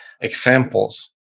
examples